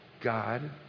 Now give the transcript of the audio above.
God